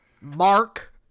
Mark